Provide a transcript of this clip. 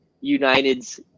United's